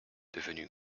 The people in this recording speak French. devenu